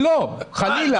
לא, חלילה.